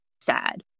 sad